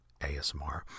ASMR